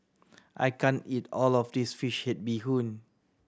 I can't eat all of this fish head bee hoon